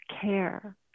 care